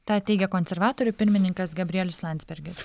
tą teigė konservatorių pirmininkas gabrielius landsbergis